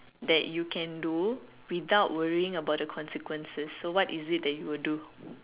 that you can do without worrying about the consequences so what is it that you would do